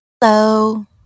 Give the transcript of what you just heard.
Hello